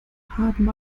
haben